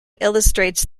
illustrates